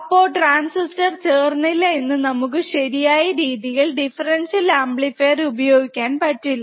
അപ്പോ ട്രാൻസിസ്റ്റർ ചേർന്നില്ല എങ്കിൽ നമുക്ക് ശരിയായ രീതിൽ ദിഫ്ഫെരെന്റ്റ്യൽ അമ്പ്ലിഫീർ ഉപയോഗിക്കാൻ പറ്റില്ല